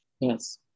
Yes